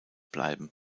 bleiben